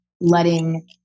letting